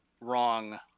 wrong